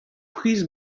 priz